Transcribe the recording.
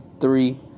three